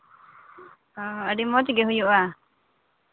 ᱦᱳᱭ ᱟᱹᱰᱤ ᱢᱚᱡᱽ ᱜᱮ ᱦᱩᱭᱩᱜᱼᱟ